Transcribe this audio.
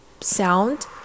sound